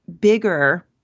bigger